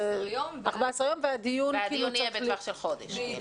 והדיון יהיה בטווח של חודש.